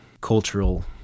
cultural